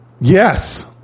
Yes